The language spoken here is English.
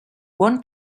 one